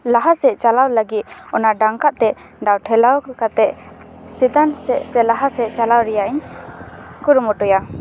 ᱞᱟᱦᱟᱥᱮᱜ ᱪᱟᱞᱟᱣ ᱞᱟᱹᱜᱤᱫ ᱚᱟᱱ ᱰᱟᱝᱠᱟᱛᱮ ᱫᱟᱜ ᱴᱷᱮᱞᱟᱣ ᱠᱟᱛᱮᱫ ᱪᱮᱛᱟᱱ ᱥᱮᱫ ᱥᱮ ᱞᱟᱦᱟ ᱥᱮᱫ ᱪᱟᱞᱟᱣ ᱨᱮᱭᱟᱜ ᱤᱧ ᱠᱩᱨᱩᱢᱩᱴᱩᱭᱟ